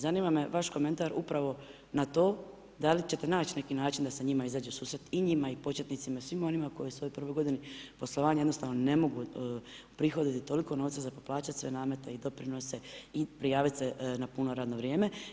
Zanima me vaš komentar upravo na to da li ćete naći neki način da se njima izađe u susret i njima i početnicima i svima onima koji u svojoj prvoj godini poslovanja jednostavno ne mogu prihoditi toliko novca za plaćati sve namete i doprinose i prijaviti se na puno radno vrijeme.